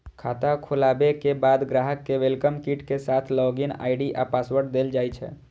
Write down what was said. खाता खोलाबे के बाद ग्राहक कें वेलकम किट के साथ लॉग इन आई.डी आ पासवर्ड देल जाइ छै